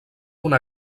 una